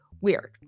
weird